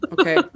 Okay